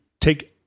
take